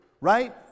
right